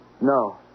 No